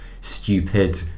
stupid